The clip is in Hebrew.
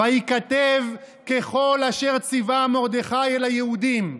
"ויכתב ככל אשר צוה מרדכי אל היהודים",